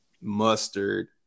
Mustard